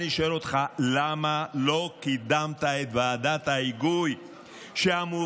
אני שואל אותך: למה לא קידמת את ועדת ההיגוי שאמורה